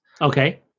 Okay